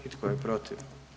I tko je protiv?